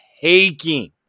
taking